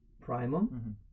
primum